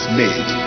made